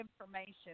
information